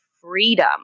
freedom